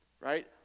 Right